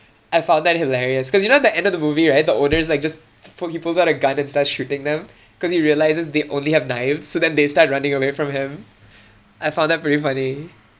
I found that hilarious cause you know at the end of the movie right the owners like just so he pulls out a gun and starts shooting them cause he realises they only have knives so then they start running away from him I found that very funny